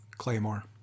Claymore